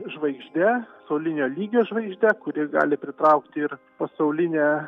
žvaigžde pasaulinio lygio žvaigžde kuri gali pritraukti ir pasaulinę